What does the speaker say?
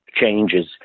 changes